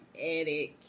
Edit